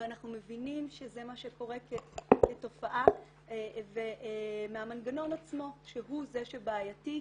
ואנחנו מבינים שזה מה שקורה כתופעה והמנגנון עצמו שהוא זה שבעייתי.